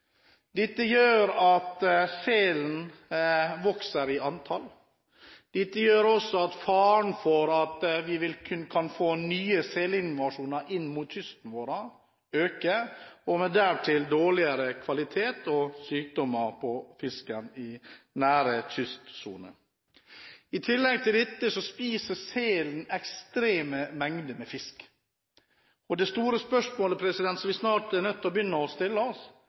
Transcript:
Dette gjør at selen vokser i antall. Dette gjør også at faren for at vi kan få nye selinvasjoner inn mot kysten vår, øker, med dertil dårligere kvalitet og sykdommer på fisken i den nære kystsonen. I tillegg til dette spiser selen ekstreme mengder med fisk, og det store spørsmålet vi snart er nødt til å begynne å stille oss,